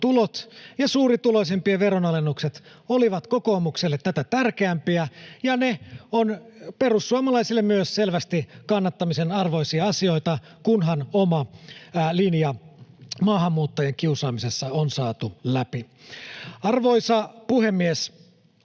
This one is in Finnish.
tulot ja suurituloisimpien veronalennukset olivat kokoomukselle tätä tärkeämpiä, ja ne ovat perussuomalaisille myös selvästi kannattamisen arvoisia asioita, kunhan oma linja maahanmuuttajien kiusaamisessa on saatu läpi. Arvoisa puhemies!